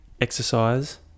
exercise